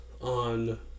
on